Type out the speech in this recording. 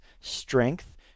strength